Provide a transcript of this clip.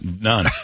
none